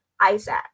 Isaac